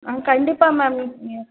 ஆ கண்டிப்பாக மேம் நீங்கள்